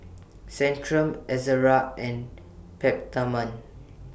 Centrum Ezerra and Peptamen